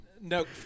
No